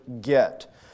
get